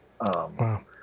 Wow